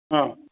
হ্যাঁ